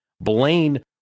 Blaine